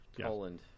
Poland